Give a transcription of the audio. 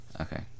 okay